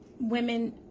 women